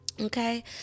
Okay